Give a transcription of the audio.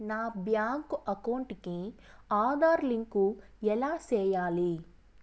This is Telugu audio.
నా బ్యాంకు అకౌంట్ కి ఆధార్ లింకు ఎలా సేయాలి